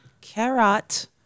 Carrot